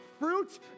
fruit